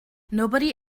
nobody